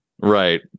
Right